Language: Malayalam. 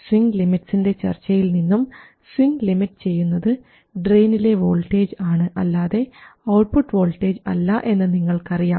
സ്വിങ് ലിമിറ്റ്സിൻറെ ചർച്ചയിൽ നിന്നും സ്വിങ് ലിമിറ്റ് ചെയ്യുന്നത് ഡ്രയിനിലെ വോൾട്ടേജ് ആണ് അല്ലാതെ ഔട്ട്പുട്ട് വോൾട്ടേജ് അല്ല എന്ന് നിങ്ങൾക്കറിയാം